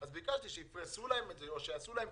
(ב)סעיף 192(א)(1); סעיף 192(א)(1)